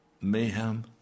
mayhem